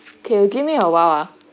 okay you give me a while ah